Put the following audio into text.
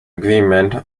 agreement